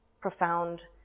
profound